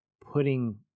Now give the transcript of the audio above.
putting